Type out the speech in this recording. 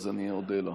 אני אודה לה.